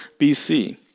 BC